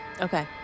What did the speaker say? Okay